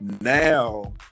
Now